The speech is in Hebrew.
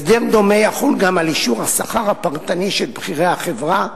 הסדר דומה יחול גם על אישור השכר הפרטני של בכירי החברה,